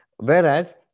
Whereas